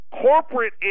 Corporate